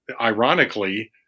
ironically